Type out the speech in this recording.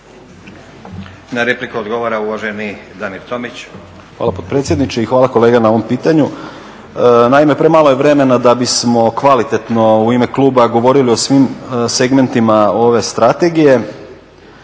Na repliku odgovara uvaženi Damir Tomić. **Tomić, Damir (SDP)** Hvala potpredsjedniče i hvala kolega na ovom pitanju. Naime, premalo je vremena da bismo kvalitetno u ime kluba govorili o svim segmentima ove strategije.